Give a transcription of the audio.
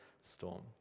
storm